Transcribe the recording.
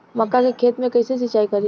मका के खेत मे कैसे सिचाई करी?